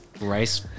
rice